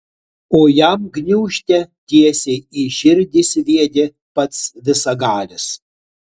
o jam gniūžtę tiesiai į širdį sviedė pats visagalis